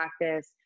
practice